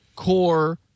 Core